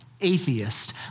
atheist